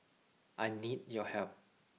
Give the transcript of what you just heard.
I need your help